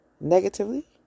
negatively